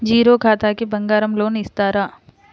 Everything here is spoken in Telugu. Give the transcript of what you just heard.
జీరో ఖాతాకి బంగారం లోన్ ఇస్తారా?